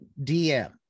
DM